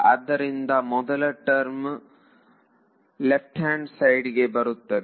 ಅದರಿಂದ ಮೊದಲ term left hand side ಗೆ ಬರುತ್ತೆ